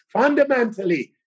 fundamentally